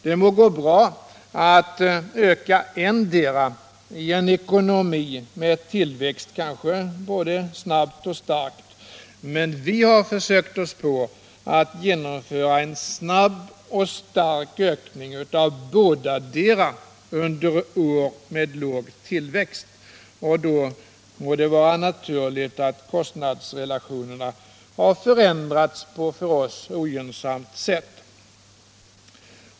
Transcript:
Det må gå bra att öka endera — i en ekonomi med tillväxt kanske både snabbt och starkt — men vi har försökt att genomföra en snabb och stark ökning av bådadera under år med låg tillväxt, och det må då vara naturligt att kostnadsrelationerna har förändrats på för oss ogynnsamt sätt.